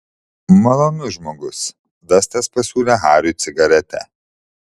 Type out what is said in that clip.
malonus žmogus vestas pasiūlė hariui cigaretę